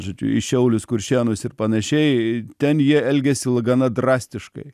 žodžiu į šiaulius kuršėnus ir panašiai ten jie elgiasi la gana drastiškai